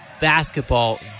basketball